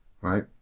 right